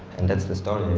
and that's the story.